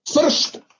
First